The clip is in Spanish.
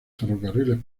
ferrocarriles